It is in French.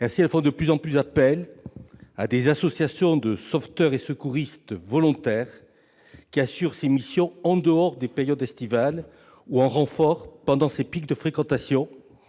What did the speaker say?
Ainsi, elles font de plus en plus appel à des associations de sauveteurs et de secouristes volontaires, qui assurent ces missions en dehors des périodes estivales ou en renfort pendant les pics de fréquentation.